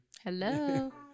Hello